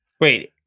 Wait